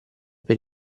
per